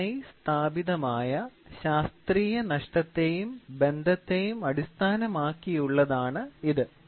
നന്നായി സ്ഥാപിതമായ ശാസ്ത്രീയ നഷ്ടത്തെയും ബന്ധത്തെയും അടിസ്ഥാനമാക്കിയുള്ളതാണ് ഇത്